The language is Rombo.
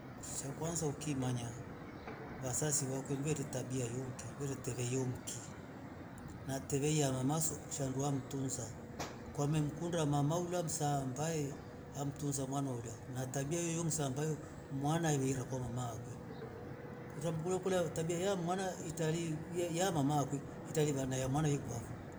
Sha kwanza ukimanya vasazi vakumve ritabia yoonki vereteve yonki na telia mamaswa shanduwa mtunza, kwame mkunda mama ulabsa aambae amtunza mwana ola na tabia yeyo msambayo mwana lira kwa mama kwe kutomkula tabia ya mwana itale ya mamakwe itavila na ya mwana ivavo